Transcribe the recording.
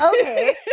Okay